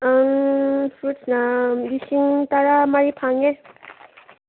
ꯐ꯭ꯔꯨꯠꯁꯅ ꯂꯤꯁꯤꯡ ꯇꯔꯥ ꯃꯔꯤ ꯐꯪꯉꯦ